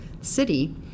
city